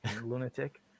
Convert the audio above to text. Lunatic